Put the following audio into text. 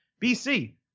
BC